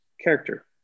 character